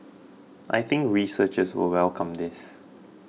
I think researchers will welcome this